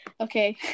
Okay